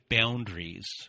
boundaries